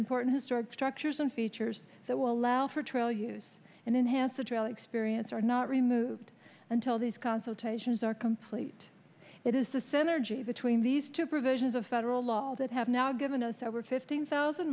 important historic structures and features that will allow for trail use and enhance a trail experience are not removed until these consultations are complete it is the center g between these two provisions of federal law that have now given us over fifteen thousand